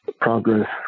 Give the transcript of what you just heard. progress